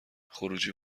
خروجی